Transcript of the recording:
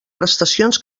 prestacions